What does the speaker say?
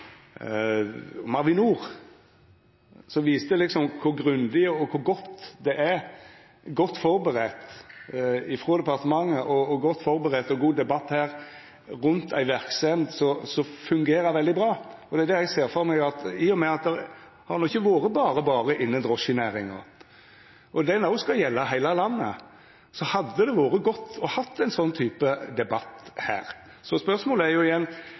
om Avinor – godt førebudd frå departementet – ein godt førebudd og god debatt om ei verksemd som fungerer veldig bra. Det eg ser for meg, er at i og med at det ikkje har vore berre berre innan drosjenæringa, og ho òg skal gjelda i heile landet, ville det ha vore godt å ha ein slik type debatt her. Spørsmålet er igjen: